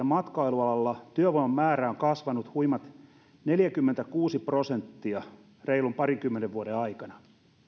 matkailualalla työvoiman määrä on kasvanut huimat neljäkymmentäkuusi prosenttia reilun parinkymmenen vuoden aikana